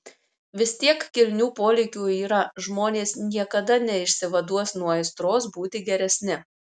vis tiek kilnių polėkių yra žmonės niekada neišsivaduos nuo aistros būti geresni